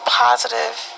positive